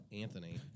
Anthony